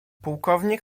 pułkownik